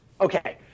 Okay